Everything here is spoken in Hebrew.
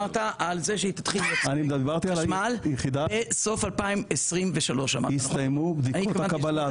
דיברת על זה שהיא תתחיל ליצר חשמל בסוף 2023. יסתיימו בדיקות הקבלה,